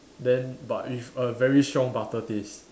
then but with a very strong butter taste